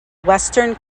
western